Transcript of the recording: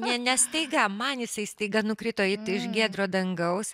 ne ne staiga man jisai staiga nukrito it iš giedro dangaus